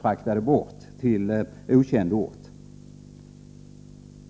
fraktades bort av ryssarna till okänd ort.